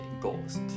ghost